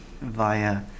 via